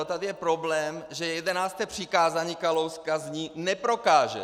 Tady je problém, že jedenácté přikázání Kalouska zní: Neprokážeš!